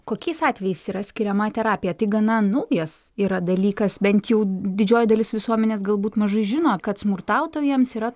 kokiais atvejais yra skiriama terapija tai gana naujas yra dalykas bent jau didžioji dalis visuomenės galbūt mažai žino kad smurtautojams yra